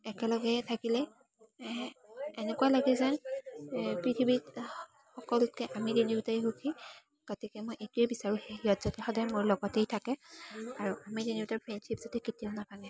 একেলগে থাকিলে এনেকুৱা লাগে যেন পৃথিৱীত অকল আমি তিনিওটাই সুখী গতিকে মই এইটোৱে বিচাৰোঁ সিহঁত যাতে সদায় মোৰ লগতেই থাকে আৰু আমি তিনিওটাৰ ফ্ৰেণ্ডশ্ৱীপ যাতে কেতিয়াওঁ নাভাগে